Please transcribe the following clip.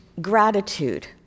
gratitude